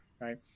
right